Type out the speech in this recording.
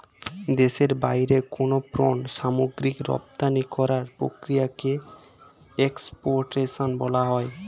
দেশের বাইরে কোনো পণ্য সামগ্রী রপ্তানি করার প্রক্রিয়াকে এক্সপোর্টেশন বলা হয়